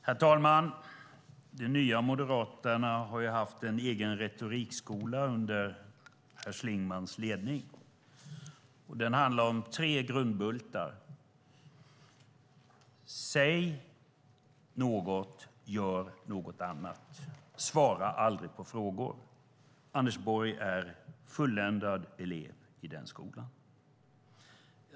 Herr talman! De nya Moderaterna har ju haft en egen retorikskola under Per Schlingmanns ledning. Den handlar om tre grundbultar: Säg något, gör något annat och svara aldrig på frågor! Anders Borg är en fulländad elev i den skolan.